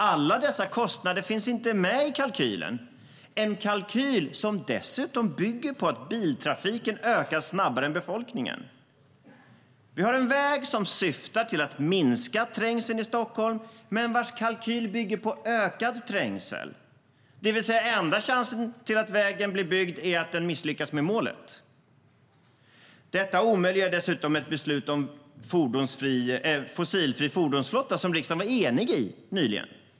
Alla dessa kostnader finns inte med i kalkylen. Dessutom bygger kalkylen på att biltrafiken ökar snabbare än befolkningen. Vi har en väg som byggs med syfte att minska trängseln i Stockholm men vars kalkyl bygger på ökad trängsel. Det betyder att den enda chansen för att vägen ska bli byggd är att den misslyckas med målet. Detta omöjliggör dessutom ett beslut om fossilfri fordonsflotta som riksdagen var enig om nyligen.